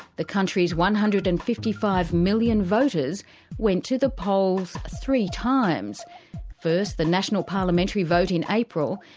the country's one hundred and fifty five million voters went to the polls three times first, the national parliamentary vote in april,